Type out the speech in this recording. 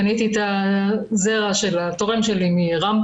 קניתי את הזרע של התורם שלי מרמב"ם.